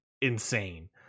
insane